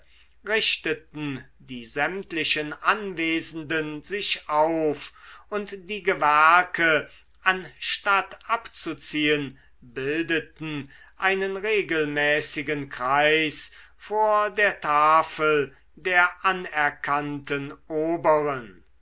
richteten die sämtlichen anwesenden sich auf und die gewerke anstatt abzuziehen bildeten einen regelmäßigen kreis vor der tafel der anerkannten oberen